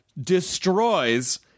destroys